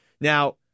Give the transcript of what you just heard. Now